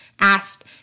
asked